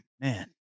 man